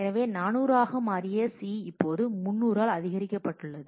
எனவே 400 ஆக மாறிய C இப்போது 300 ஆல் அதிகரிக்கப்பட்டுள்ளது